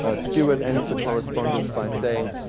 ah stewart ends the correspondence by saying,